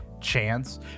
chance